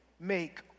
Make